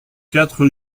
quatre